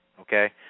Okay